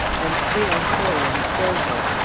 and three or four in silver.